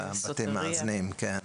הבתים המאזנים, כן.